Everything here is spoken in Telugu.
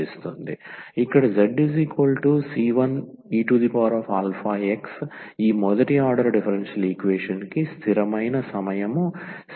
ఇక్కడ zc1eαx ఈ మొదటి ఆర్డర్ డిఫరెన్షియల్ ఈక్వేషన్ కి స్థిరమైన సమయం c 1 α x అవుతుంది